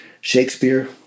Shakespeare